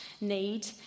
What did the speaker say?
need